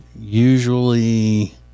usually